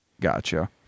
Gotcha